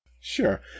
Sure